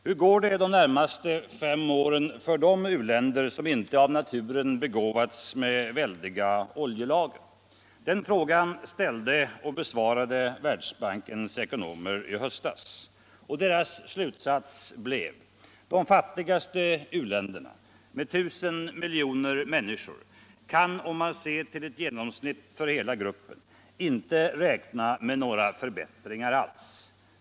Hur går det de närmaste åren för de u-länder som inte av naturen begåvats med väldiga oljelager? Den frågan ställde och besvarade Världsbankens ekonomer i höstas. Deras slutsats blev: De fattigaste u-länderna - med 1000 miljoner människor — kan, om man ser till ett genomsnitt för hela gruppen. inte räkna med några förbättringar alls.